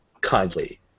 kindly